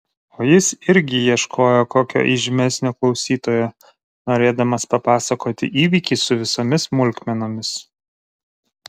o jis irgi ieškojo kokio įžymesnio klausytojo norėdamas papasakoti įvykį su visomis smulkmenomis